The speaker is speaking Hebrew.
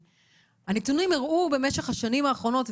הנתונים הראו במשך השנים האחרונות,